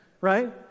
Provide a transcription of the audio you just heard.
right